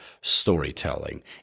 storytelling